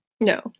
No